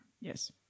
Yes